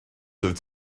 oeddet